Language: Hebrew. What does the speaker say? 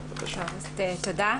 תודה.